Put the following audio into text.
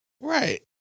right